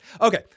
Okay